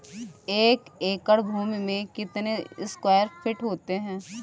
एक एकड़ भूमि में कितने स्क्वायर फिट होते हैं?